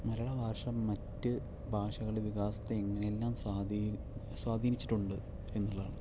മലയാള ഭാഷ മറ്റ് ഭാഷകളുടെ വികാസത്തെ എങ്ങനെല്ലാം സ്വാധീനിച്ചിട്ടുണ്ട് എന്നുള്ളതാണ്